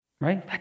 Right